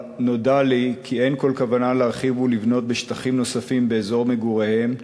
נודע לי כי אין כל כוונה להרחיב ולבנות בשטחים נוספים באזור מגוריהם,